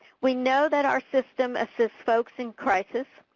we know that our system assists folks in crisis,